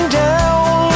down